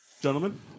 Gentlemen